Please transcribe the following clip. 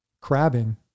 crabbing